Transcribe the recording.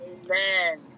Amen